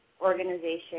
organization